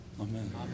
Amen